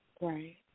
Right